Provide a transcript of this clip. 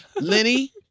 Lenny